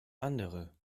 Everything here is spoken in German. andere